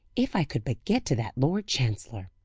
if i could but get to that lord chancellor!